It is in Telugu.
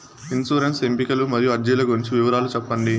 ఇన్సూరెన్సు ఎంపికలు మరియు అర్జీల గురించి వివరాలు సెప్పండి